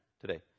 today